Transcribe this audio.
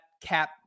cap